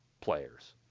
players